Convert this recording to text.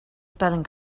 spelling